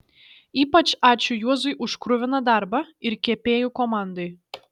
ypač ačiū juozui už kruviną darbą ir kepėjų komandai